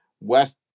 West